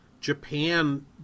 Japan